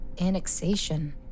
Annexation